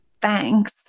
thanks